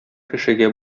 кешегә